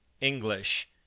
English